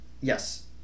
Yes